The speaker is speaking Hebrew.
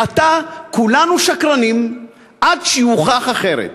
מעתה כולנו שקרנים עד שיוכח אחרת.